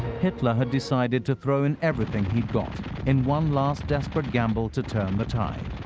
hitler had decided to throw in everything he'd got in one last, desperate gamble to turn the tide.